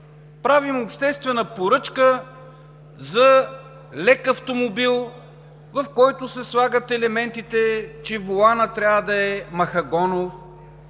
правим обществена поръчка за лек автомобил, в който се слагат елементите, че воланът трябва да е махагонов,